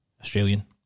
Australian